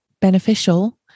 beneficial